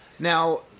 Now